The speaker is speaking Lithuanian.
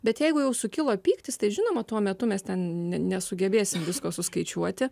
bet jeigu jau sukilo pyktis tai žinoma tuo metu mes ne nesugebėsim visko suskaičiuoti